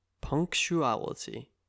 Punctuality